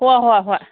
ꯍꯣꯏ ꯍꯣꯏ ꯍꯣꯏ